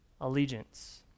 allegiance